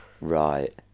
Right